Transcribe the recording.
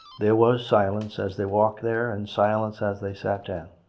there was silence as they walked there, and silence as they sat down.